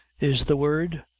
is the word,